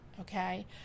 okay